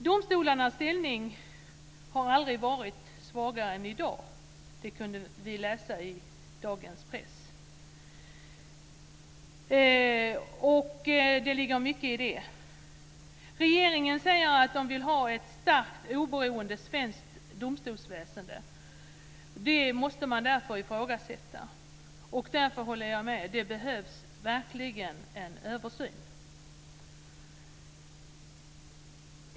Domstolarnas ställning har aldrig varit svagare än i dag. Det kunde vi läsa i dagens press, och det ligger mycket i det. Regeringen säger att man vill ha ett starkt, oberoende svenskt domstolsväsende. Det måste man dock ifrågasätta, och därför håller jag med om att det verkligen behövs en översyn.